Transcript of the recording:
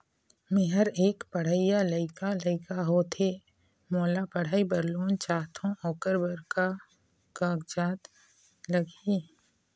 मेहर एक पढ़इया लइका लइका होथे मोला पढ़ई बर लोन चाहथों ओकर बर का का कागज लगही?